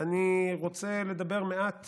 אני רוצה לדבר מעט